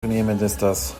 premierministers